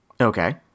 Okay